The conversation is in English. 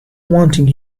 wanting